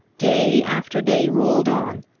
day after day rolled on,